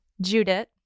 Judith